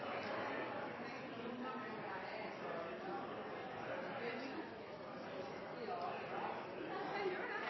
Hva er da